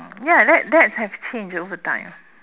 ya that that have changed overtime